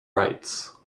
rights